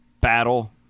battle